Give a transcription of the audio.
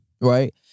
Right